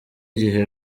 igihe